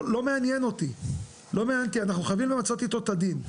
לא מעניין אותי, אנחנו חייבם למצות איתו את הדין.